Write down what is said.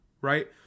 right